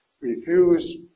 refuse